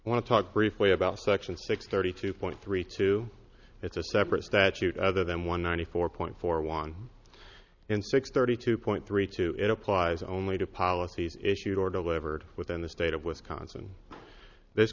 to talk briefly about section six thirty two point three two it's a separate statute other than one ninety four point four one in six thirty two point three two it applies only to policies issued or delivered within the state of wisconsin this